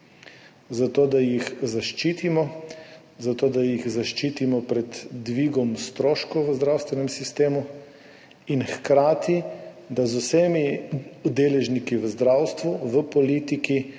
zato da jih zaščitimo. Zato da jih zaščitimo pred dvigom stroškov v zdravstvenem sistemu in hkrati, da z vsemi deležniki v zdravstvu, v politiki,